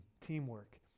teamwork